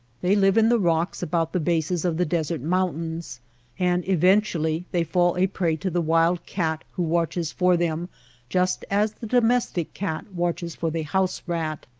they live in the rocks about the bases of the desert mountains and eventually they fall a prey to the wild-cat who watches for them just as the domestic cat watches for the house rat.